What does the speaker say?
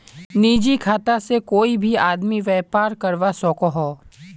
निजी खाता से कोए भी आदमी व्यापार करवा सकोहो